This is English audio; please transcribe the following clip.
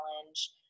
challenge